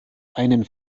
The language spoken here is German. einen